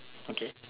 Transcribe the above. okay